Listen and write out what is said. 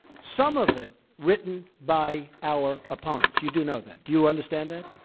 some of it written by our opponents. you do know that. do you understand that?